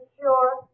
sure